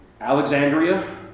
Alexandria